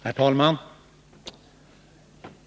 Herr talman!